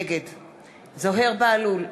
נגד זוהיר בהלול,